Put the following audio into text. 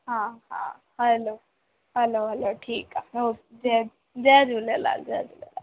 हा हा hello hello hello ठीकु आहे ओके जय जय झूलेलाल जय झूलेलाल